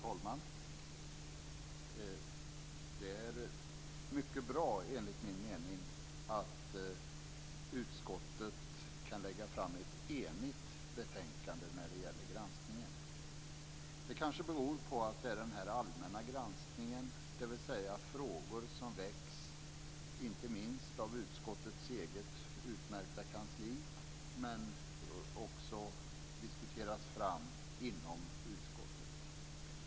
Herr talman! Enligt min mening är det mycket bra att utskottet kan lägga fram ett enigt betänkande när det gäller granskningen. Det beror kanske på att det är den här allmänna granskningen med frågor som väckts av utskottets eget utmärkta kansli och diskuterats fram inom utskottet.